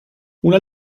una